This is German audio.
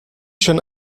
schon